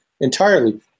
entirely